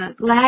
glad